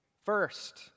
First